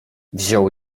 wziął